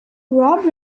rob